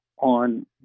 on